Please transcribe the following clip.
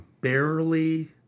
Barely